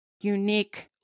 unique